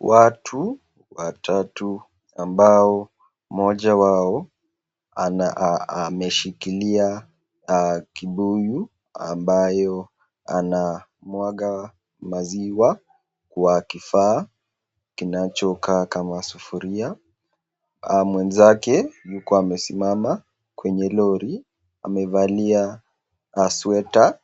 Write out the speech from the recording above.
Watu watatu ambao mmoja wao ameshikilia kibuyu ambayo anamwaga maziwa kwa kifaa kinacho kaa kama sufuria. Mwenzake yuko amesimama kwenye lori amevalia sweta